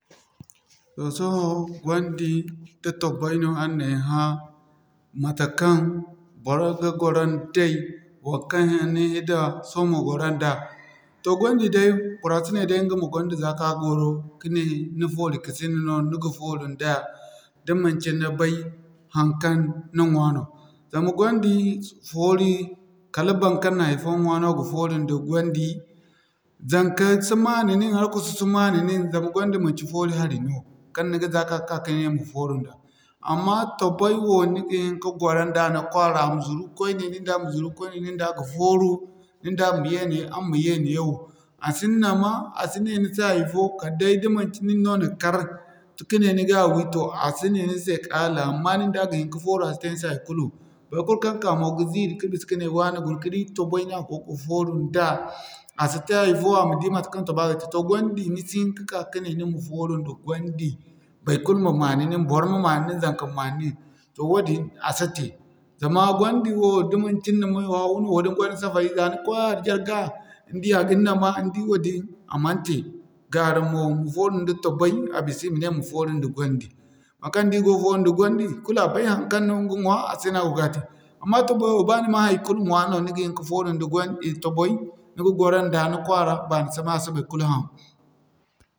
To sohõ gwandi nda tobay no araŋ na ay hã matekaŋ boro ga gwaro nday waŋkaŋ ni hisuwa so ma gwaro nda. Toh gwandi bora si ne day ɲga ma gwandi za'ka gwaro kane ni foori kasina no ni ga fooru nda da manci ni bay haŋkaŋ ni ɲwaa no. Zama gwandi foori kala baŋkaŋ na hay'fo ŋwa no ga fooru nda gwandi. Zanka si manu nin arkusu si manu nin zama gwandi manci foori hari no kan ni ga za'ka ka'ka ka ne ma fooru nda. Amma tobey wo ni ga hin ka gwaro nda ni kwaara a ma zuru kwai ne, nin da ma zuru kwaine nin da ga fooru nin da ma yee ne araŋ ma yee neewo. A si ni nama a si ne ni se hay'fo kala day da manci nin no na kar kane ni ga wi toh a si ne ni se kala amma nin da ga hin ka fooru a si ne ni se haikulu. Baikulu kaŋ ka mo ga ziiri ka bisa ka ne wane guna kadi tobey ne a goga fooru nda a si te hay'fo a ma guna kadi matekaŋ tobay ga te. Toh gwandi ni si hin ka'ka ka ne ni ma fooru nda gwandi baikulu ma manu nin bor ma manu nin zanka ma manu nin toh wadin a si te. Amma gwandi wo da manci ni na mayo haw no wala ni ganda safari za ni koy a jarga ni di a gin nama ni di wadin a man te. Gaara mo ma fooru nda tobey a bisa i ma ne ma fooru nda gwandi baŋkaŋ ni di go fooru nda gwandi kulu a bay haŋkaŋ no ɲga ɲwaa a se no a goono ga te. Amma tobey wo ba ni mana haikulu ɲwa no ni ga hin ka fooru nda tobey baani samay a si baikulu ham.